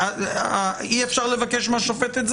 אי אפשר לבקש את זה מהשופט?